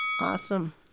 Awesome